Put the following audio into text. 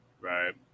Right